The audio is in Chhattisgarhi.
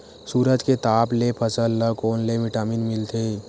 सूरज के ताप ले फसल ल कोन ले विटामिन मिल थे?